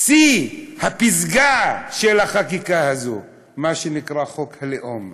שיא הפסגה של החקיקה הזו, מה שנקרא חוק הלאום.